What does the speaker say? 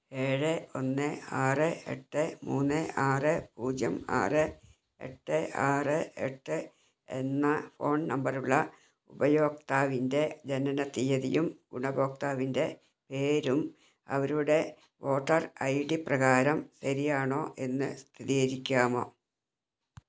ഏഴ് ഒന്ന് ആറ് എട്ട് മൂന്ന് ആറ് പൂജ്യം ആറ് എട്ട് ആറ് എട്ട് എന്ന ഫോൺ നമ്പർ ഉള്ള ഉപയോക്താവിന്റെ ജനനതീയതിയും ഗുണഭോക്താവിന്റെ പേരും അവരുടെ വോട്ടർ ഐ ഡി പ്രകാരം ശരിയാണോ എന്ന് സ്ഥിതീകരിക്കാമോ